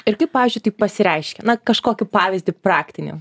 ir kaip pavyzdžiui tai pasireiškia na kažkokį pavyzdį praktinį